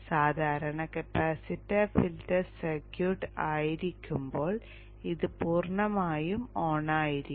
സാധാരണ capacitor filter circuit ആയിരിക്കുമ്പോൾ ഇത് പൂർണ്ണമായും ഓണായിരിക്കും